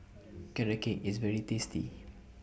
Carrot Cake IS very tasty